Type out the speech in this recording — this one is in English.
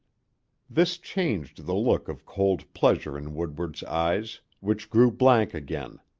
this changed the look of cold pleasure in woodward's eyes, which grew blank again.